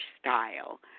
style